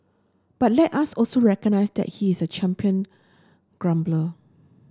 but let us also recognise that he is a champion grumbler